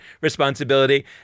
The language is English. responsibility